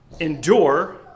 endure